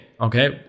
Okay